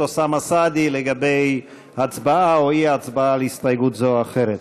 אוסאמה סעדי לגבי הצבעה או אי-הצבעה על הסתייגות זו או אחרת.